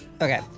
Okay